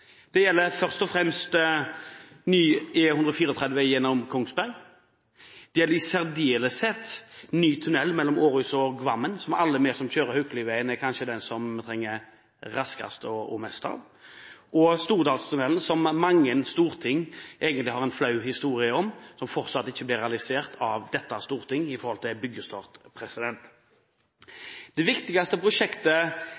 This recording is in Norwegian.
Det gjelder først og fremst ny E134 gjennom Kongsberg, og det gjelder i særdeleshet ny tunnel Århus–Gvammen – som er den som vi som kjører Haukeliveien, trenger raskest, og mest. For mange storting er Stordalstunnelen en flau historie, og den blir fortsatt ikke realisert av dette storting med hensyn til byggestart.